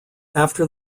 after